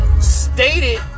Stated